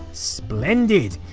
splendid.